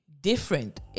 different